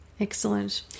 Excellent